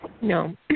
No